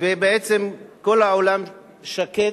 ובעצם כל העולם שקט,